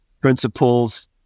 principles